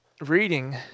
reading